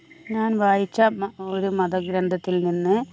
ഞാൻ വായിച്ച ഒരു മത ഗ്രന്ഥത്തിൽ നിന്ന്